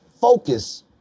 focus